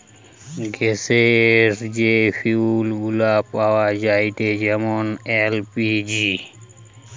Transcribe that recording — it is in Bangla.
গ্যাসের যে ফুয়েল গুলা পাওয়া যায়েটে যেমন এল.পি.জি